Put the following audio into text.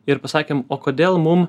ir pasakėm o kodėl mum